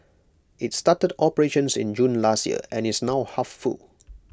IT started operations in June last year and is now half full